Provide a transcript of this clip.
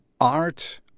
art